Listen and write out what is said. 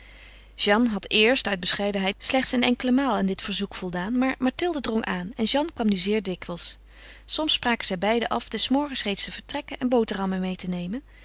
jeanne had eerst uit bescheidenheid slechts een enkele maal aan dit verzoek voldaan maar mathilde drong aan en jeanne kwam nu zeer dikwijls soms spraken zij beiden af des morgens reeds te vertrekken en boterhammen meê te nemen